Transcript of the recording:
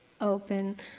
open